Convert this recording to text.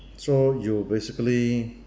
so you basically